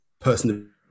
person